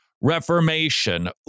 Reformation